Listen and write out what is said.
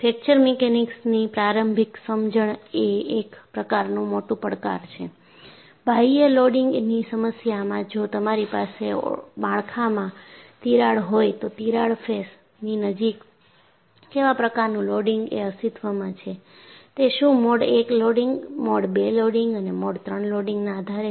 fracture મિકેનિક્સની પ્રારંભિક સમજણ એ એક પ્રકારને મોટું પડકાર છે બાહ્ય લોડિંગની સમસ્યામાં જો તમારી પાસે માળખામાં તિરાડ હોય તો તિરાડ ફેસની નજીક કેવા પ્રકારનું લોડિંગ એ અસ્તિત્વમાં છે તે શું mode I loading mode II loading અને મોડ III લોડિંગના આધારે છે